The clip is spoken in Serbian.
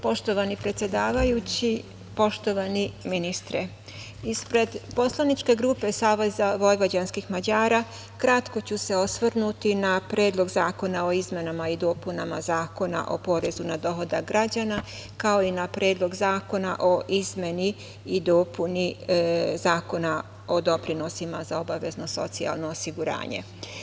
Poštovani predsedavajući, poštovani ministre, ispred poslaničke grupe SVM kratko ću se osvrnuti na Predlog zakona o izmenama i dopunama Zakona o porezu na dohodak građana, kao i na Predlog zakona o izmeni i dopuni Zakona o doprinosima za obavezno socijalno osiguranje.